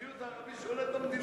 המיעוט הערבי שולט במדינה.